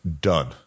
done